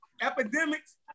epidemics